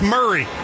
Murray